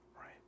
Right